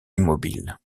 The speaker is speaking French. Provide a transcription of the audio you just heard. immobile